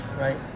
Right